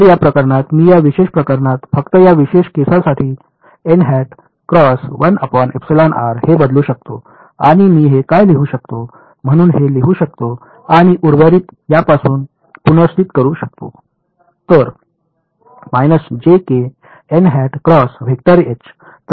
तर या प्रकरणात मी या विशेष प्रकरणात फक्त या विशेष केसांसाठी हे बदलू शकतो आणि मी हे काय लिहू शकतो म्हणून हे लिहू शकतो आणि उर्वरित यापासून पुनर्स्थित करू शकतो